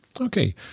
Okay